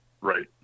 Right